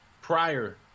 prior